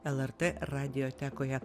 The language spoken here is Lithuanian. lrt radiotekoje